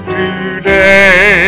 today